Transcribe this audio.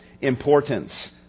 importance